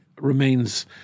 Remains